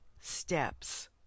steps